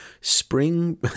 Spring